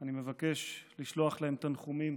אני מבקש לשלוח להם תנחומים